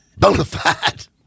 Bonafide